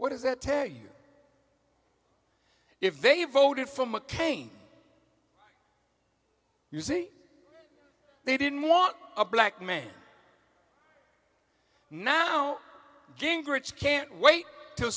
what does that tell you if they voted for mccain you see they didn't want a black man now gingrich can't wait t